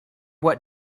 what